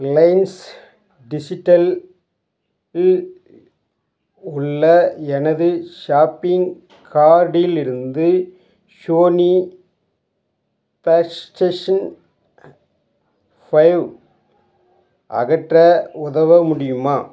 Reliance Digital இல் உள்ள எனது ஷாப்பிங் கார்ட்டிலிருந்து சோனி பிளேஸ்டேஷன் ஃபைவ் அகற்ற உதவ முடியுமா